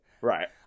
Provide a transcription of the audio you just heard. Right